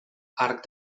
arc